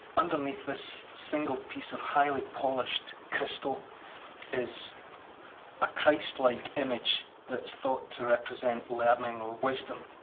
underneath this single piece of highly polished crystal is a christ-like image that's thought to represent learning or wisdom.